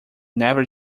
never